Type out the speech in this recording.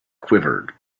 quivered